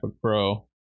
Pro